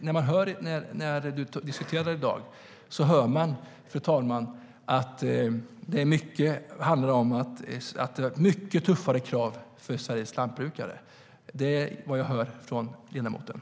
När man hör Jens Holm diskutera i dag handlar mycket om mycket tuffare krav för Sveriges lantbrukare, fru talman. Det är vad jag hör från ledamoten.